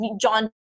John